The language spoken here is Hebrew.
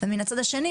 מצד שני,